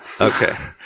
Okay